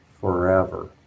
forever